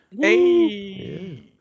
Hey